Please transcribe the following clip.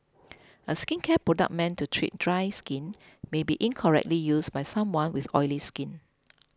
a skincare product meant to treat dry skin may be incorrectly used by someone with oily skin